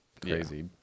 crazy